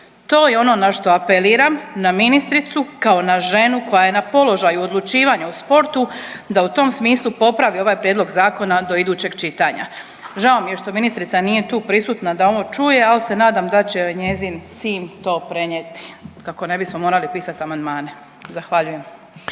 To je ono na što apeliram, na ministricu, kao na ženu koja je na položaju odlučivanja u sportu da u tom smislu popravi ovaj prijedlog zakona do idućeg čitanja. Žao mi je što ministrica nije tu prisutna da ovo čuje, al se nadam da će joj njezin tim to prenijeti kako ne bismo morali pisat amandmane. Zahvaljujem.